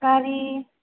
गारि